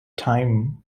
time